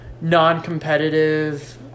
non-competitive